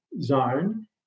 zone